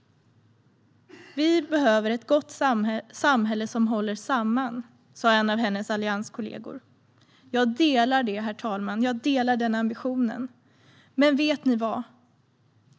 Vi behöver ett gott samhälle som håller samman, sa en av hennes allianskollegor. Jag delar den ambitionen. Men vet ni vad?